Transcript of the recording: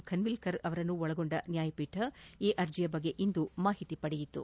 ಖನ್ವಿಲ್ಕರ್ ಅವರನ್ನು ಒಳಗೊಂದ ನ್ಯಾಯಪೀಠ ಈ ಅರ್ಜಿಯ ಬಗ್ಗೆ ಇಂದು ಮಾಹಿತಿ ಪಡೆಯಿತು